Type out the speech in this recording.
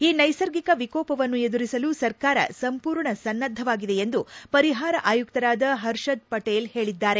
ಈ ನೈಸರ್ಗಿಕ ವಿಕೋಪವನ್ನು ಎದುರಿಸಲು ಸರ್ಕಾರ ಸಂಪೂರ್ಣ ಸನ್ನದ್ದವಾಗಿದೆ ಎಂದು ಪರಿಪಾರ ಆಯುಕ್ತರಾದ ಪರ್ಷದ್ ಪಟೇಲ್ ಹೇಳಿದ್ದಾರೆ